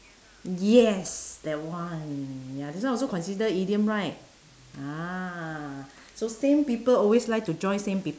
yes that one ya this one also consider idiom right ah so same people always like to join same peop~